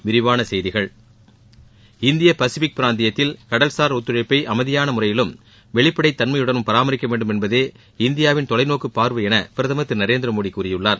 விரிவான செய்திகள் இந்திய பசிபிக் பிராந்தியத்தில் கடல்சார் ஒத்துழைப்பை அமைதியான முறையிலும் வெளிப்படை தன்மையுடனும் பராமரிக்கவேண்டும் என்பதே இந்தியாவின் தொலை நோக்கு பார்வை என பிரதமர் திரு நரேந்திரமோடி கூறியுள்ளார்